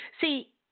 See